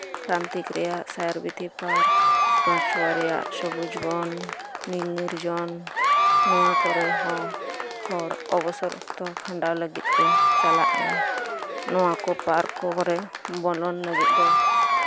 ᱯᱨᱟᱱᱛᱤᱠ ᱨᱮᱭᱟᱜ ᱥᱟᱭᱟᱨᱵᱤᱛᱷᱤ ᱯᱟᱨᱠ ᱯᱟᱪᱣᱟ ᱨᱮᱭᱟᱜ ᱥᱚᱵᱩᱡ ᱵᱚᱱ ᱥᱤᱨᱚᱱ ᱱᱚᱣᱟᱠᱚᱨᱮ ᱦᱚᱸ ᱦᱚᱲ ᱚᱵᱚᱥᱚᱨ ᱚᱠᱛᱚ ᱠᱷᱟᱱᱰᱟᱣ ᱞᱟᱹᱜᱤᱫ ᱠᱚ ᱪᱟᱞᱟᱜ ᱜᱮᱭᱟ ᱱᱚᱣᱟ ᱠᱚ ᱯᱟᱨᱠ ᱠᱚᱨᱮ ᱫᱚ ᱵᱚᱞᱚᱱ ᱞᱟᱹᱜᱤᱫ ᱫᱚ